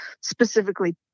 specifically